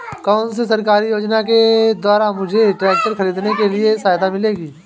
कौनसी सरकारी योजना के द्वारा मुझे ट्रैक्टर खरीदने में सहायता मिलेगी?